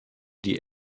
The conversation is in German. die